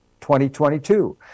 2022